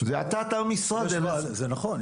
זה נכון,